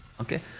Okay